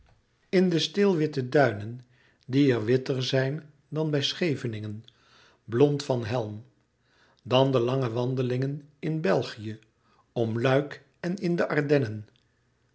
in de stilwitte duinen die er witter zijn dan bij scheveningen blond van helm dan de lange wandelingen in belgië om luik en in de ardennen